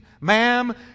Ma'am